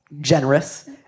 generous